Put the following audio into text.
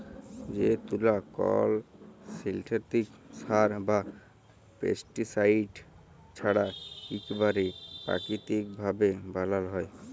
যে তুলা কল সিল্থেটিক সার বা পেস্টিসাইড ছাড়া ইকবারে পাকিতিক ভাবে বালাল হ্যয়